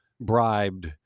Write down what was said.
bribed